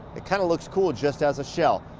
it kinda looks cool just as a shell.